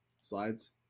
Slides